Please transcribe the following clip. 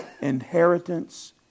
inheritance